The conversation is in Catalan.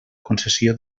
concessió